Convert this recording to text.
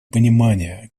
понимания